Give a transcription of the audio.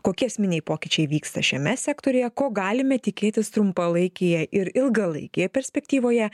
kokie esminiai pokyčiai vyksta šiame sektoriuje ko galime tikėtis trumpalaikėje ir ilgalaikėje perspektyvoje